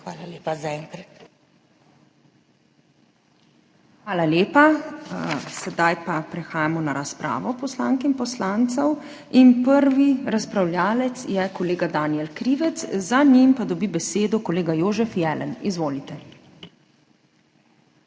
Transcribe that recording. KLAKOČAR ZUPANČIČ: Hvala lepa. Sedaj pa prehajamo na razpravo poslank in poslancev. Prvi razpravljavec je kolega Danijel Krivec, za njim pa dobi besedo kolega Jožef Jelen. Izvolite.